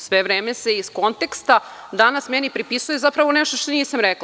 Sve vreme se iz konteksta danas meni pripisuje zapravo nešto što nisam rekla.